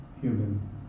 human